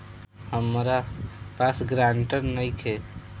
हमरा पास ग्रांटर नइखे?